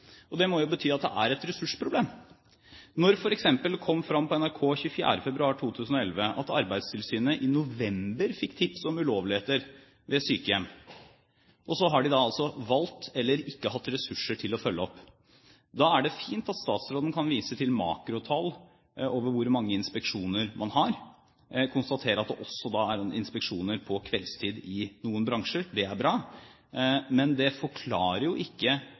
Og det må jo bety at det er et ressursproblem. Da det f.eks. kom fram på NRK 24. februar 2011 at Arbeidstilsynet i november fikk tips om ulovligheter ved et sykehjem, hadde Arbeidstilsynet altså ikke ressurser til å følge opp. Da er det fint at statsråden kan vise til makrotall over hvor mange inspeksjoner man har. Jeg konstaterer at det også er inspeksjoner på kveldstid i noen bransjer, det er bra. Men det forklarer ikke